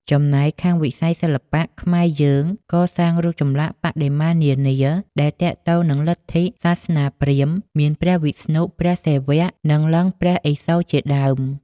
ចំណែក ខាងវិស័យសិល្បៈ ខ្មែរយើងកសាងរូបចម្លាក់ បដិមានានា ដែលទាក់ទងនឹងលទ្ធិ សាសនាព្រាហ្មណ៍ មានព្រះវិស្ណុ ព្រះសិវៈ និងលិង្គព្រះឥសូរជាដើម។